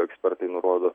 ekspertai nurodo